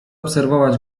obserwować